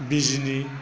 बिजनि